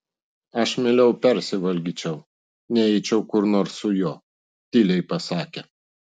aš mieliau persivalgyčiau nei eičiau kur nors su juo tyliai pasakė